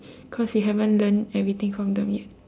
cause we haven't learn everything from them yet